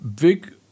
Big